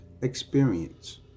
experience